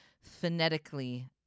phonetically